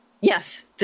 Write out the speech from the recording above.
Yes